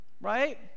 Right